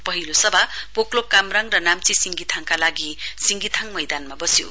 पहिलो सभा पोकलोक कामराङ र नाम्ची सिंगिथाङका लागि सिंगिथाङ मैदानमा बस्यो